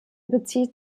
bezieht